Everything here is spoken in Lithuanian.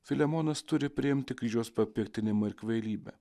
filemonas turi priimti kryžiaus papiktinimą ir kvailybę